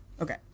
Okay